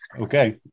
Okay